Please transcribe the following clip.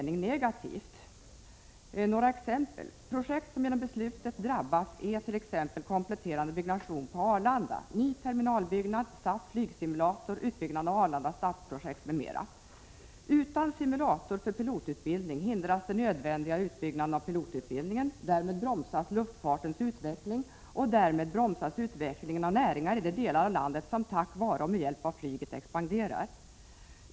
Jag skall ta några exempel: Projekt som genom beslutet drabbas är kompletterande byggverksamhet på Arlanda, ny terminalbyggnad, SAS flygsimulator och utbyggnaden av Arlanda stadsprojekt. Utan simulator för pilotutbildning hindras den nödvändiga utbyggnaden av pilotutbildningen. Därmed bromsas luftfartens utveckling, och därmed bromsas utvecklingen av näringar i de delar av landet som tack vare och med hjälp av flyget expanderar.